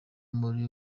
muri